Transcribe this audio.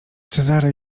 cezary